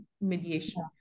mediation